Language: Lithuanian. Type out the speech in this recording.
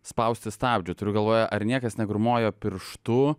spausti stabdžio turiu galvoje ar niekas negrūmojo pirštu